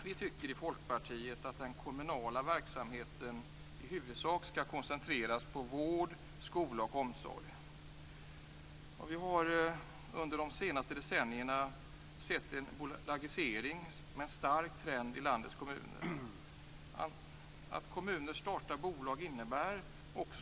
Vi tycker i Folkpartiet att den kommunala verksamheten i huvudsak skall koncentreras på vård, skola och omsorg. Vi har under de senaste decennierna sett att bolagiseringen varit en stark trend i landets kommuner.